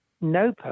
no